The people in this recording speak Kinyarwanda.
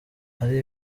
ari